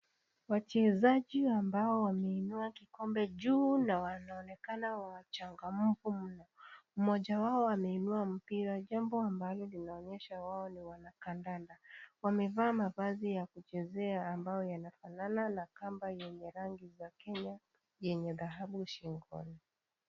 Wachezaji ambao wameinua kikobe juu na wanaonekana wachangamfu mno, mmoja wao ameinua mpira, jambo ambalo linaonyesha wao ni wanakandanda, wamevaa mavazi ya kuchezea ambayo yanafanana na kamba yenye rangi za Kenya yenye dhahabu shingoni.